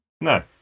No